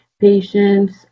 patients